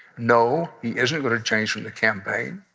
no, he isn't going to change from the campaign.